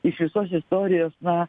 iš visos istorijos na